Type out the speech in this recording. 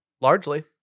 largely